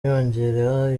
yiyongera